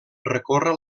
recorre